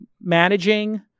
managing